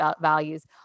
values